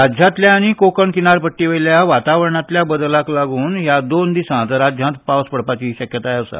राज्यांतल्या आनी कोंकण किनारपट्टी वयल्या वातावरणांतल्या बदलाक लागून ह्या दोन दिसांत राज्यांत पावस पडपाची शक्यताय आसा